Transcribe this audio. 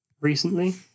recently